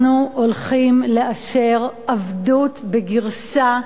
אנחנו הולכים לאשר עבדות בגרסה מודרנית,